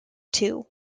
two